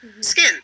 skin